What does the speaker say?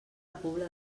pobla